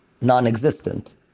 non-existent